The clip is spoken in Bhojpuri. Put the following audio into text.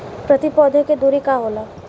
प्रति पौधे के दूरी का होला?